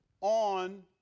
on